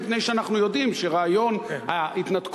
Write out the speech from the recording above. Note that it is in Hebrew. מפני שאנחנו יודעים שרעיון ההתנתקות,